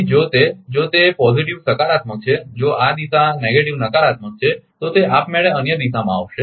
તેથી જો તે જો તે સકારાત્મક છે જો આ દિશા નકારાત્મક છે તો તે આપમેળે અન્ય દિશામાં આવશે